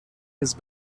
his